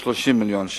כ-30 מיליון שקל,